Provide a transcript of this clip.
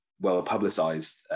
well-publicized